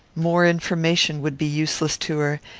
more information would be useless to her,